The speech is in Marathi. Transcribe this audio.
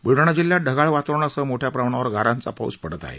ब्लडाणा जिल्ह्यात ढगाळ वातावरणासह मोठ्या प्रमाणावर गारांचा पाऊस पडत आहे